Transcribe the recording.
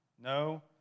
No